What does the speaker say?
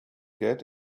get